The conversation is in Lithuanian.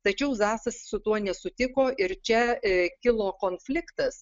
tačiau zasas su tuo nesutiko ir čia e kilo konfliktas